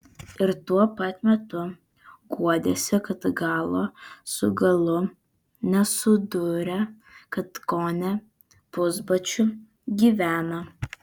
ir tuo pat metu guodėsi kad galo su galu nesuduria kad kone pusbadžiu gyvena